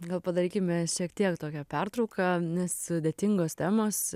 gal padarykime šiek tiek tokią pertrauką nes sudėtingos temos